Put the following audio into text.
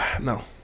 No